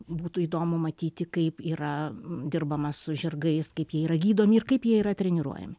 būtų įdomu matyti kaip yra dirbama su žirgais kaip jie yra gydomi ir kaip jie yra treniruojami